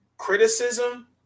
criticism